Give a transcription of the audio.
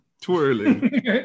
Twirling